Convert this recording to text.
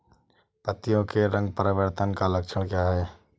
पत्तियों के रंग परिवर्तन का लक्षण क्या है?